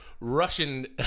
Russian